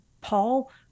Paul